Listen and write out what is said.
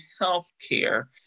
healthcare